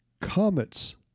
Comets